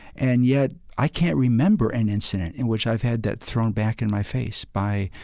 and yet i can't remember an incident in which i've had that thrown back in my face by,